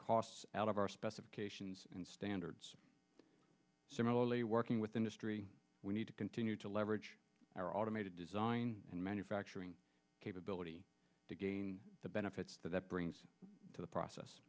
costs out of our specifications and standards similarly working with industry we need to continue to leverage our automated design and manufacturing capability to gain the benefits that that brings to the process